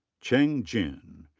cheng jin.